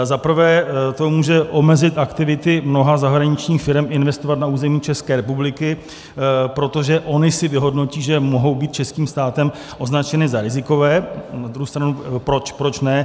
Za prvé to může omezit aktivity mnoha zahraničních firem investovat na území České republiky, protože ony si vyhodnotí, že mohou být českým státem označeny za rizikové, proč ne.